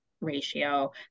ratio